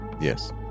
Yes